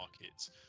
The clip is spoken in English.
markets